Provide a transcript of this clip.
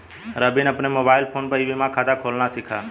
रवि ने अपने mobile phone पर ई बीमा खाता खोलना सीखा